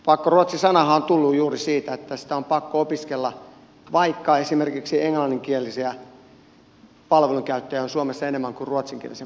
pakkoruotsi sanahan on tullut juuri siitä että sitä on pakko opiskella vaikka esimerkiksi englanninkielisiä palvelujen käyttäjiä on suomessa enemmän kuin ruotsinkielisten palvelujen käyttäjiä